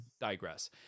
digress